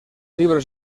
libros